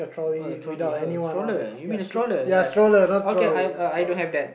oh the trolley uh the stroller eh you mean the stroller ya okay I I don't have that